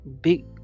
big